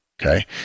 okay